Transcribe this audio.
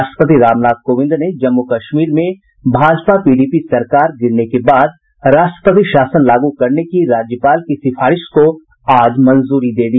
राष्ट्रपति रामनाथ कोविंद ने जम्मू कश्मीर में भाजपा पीडीपी सरकार गिरने के बाद राष्ट्रपति शासन लागू करने की राज्यपाल की सिफारिश को आज मंजूरी दे दी